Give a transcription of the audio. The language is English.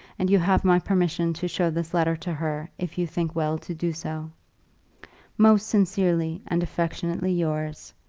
and you have my permission to show this letter to her if you think well to do so most sincerely and affectionately yours,